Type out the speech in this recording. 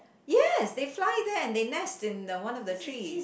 yes they fly there and they nest in the one of the tree